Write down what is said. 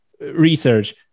research